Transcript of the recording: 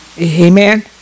Amen